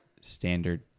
standard